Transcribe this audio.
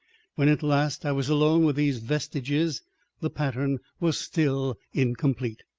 when at last i was alone with these vestiges the pattern was still incomplete.